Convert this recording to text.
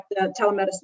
telemedicine